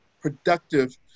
productive